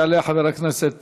יעלה חבר הכנסת